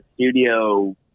studio